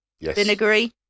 vinegary